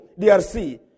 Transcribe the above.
DRC